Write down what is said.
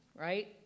right